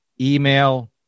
email